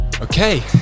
okay